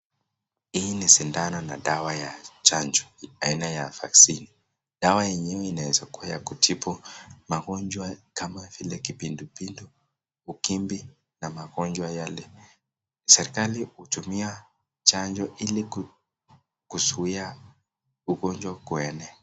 Hii ni sindano na dawa ya chanjo aina ya vaccine , dawa yenyewe inaweza kuwa ya kutibu magonjwa kama vile kipindupindu, utindi, na magonjwa yale, serikali hutumia chanjo ili kuzuia ugonjwa kuenea.